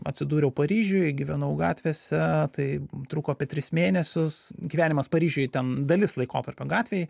atsidūriau paryžiuj gyvenau gatvėse tai truko apie tris mėnesius gyvenimas paryžiuj ten dalis laikotarpio gatvėj